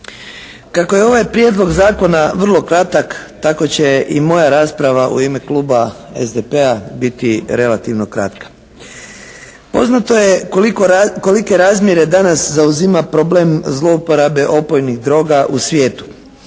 Kako je ovaj Prijedlog zakona vrlo kratak tako će i moja rasprava u ime Kluba SDP-a biti relativno kratka. Poznato je kolike razmjere danas zauzima problem zlouporabe opojnih droga u svijetu.